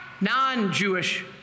non-Jewish